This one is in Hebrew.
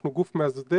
אנחנו גוף מאסדר,